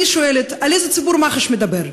אני שואלת, על איזה ציבור מח"ש מדבר?